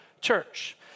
church